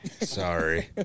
Sorry